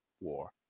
war